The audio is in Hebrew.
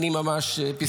ממש פסקה אחרונה.